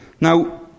Now